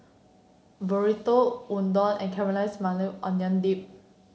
Burrito Udon and Caramelized Maui Onion Dip